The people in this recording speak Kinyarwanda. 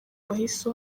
wahise